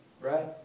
right